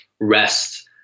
rest